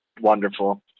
wonderful